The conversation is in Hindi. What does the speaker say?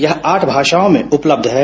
यह आठ भाषाओं में उपलब्य है